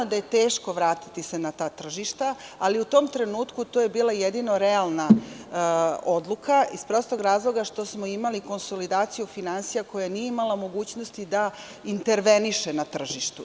Teško je vratiti se na ta tržišta, ali u tom trenutku to je bila jedina realna odluka, iz prostog razloga što smo imali konsolidaciju finansija koja nije imala mogućnosti da interveniše na tržištu.